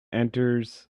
enters